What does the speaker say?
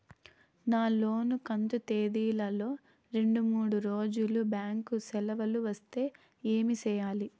నా లోను కంతు తేదీల లో రెండు మూడు రోజులు బ్యాంకు సెలవులు వస్తే ఏమి సెయ్యాలి?